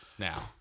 Now